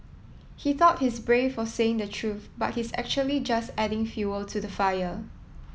he thought he's brave for saying the truth but he's actually just adding fuel to the fire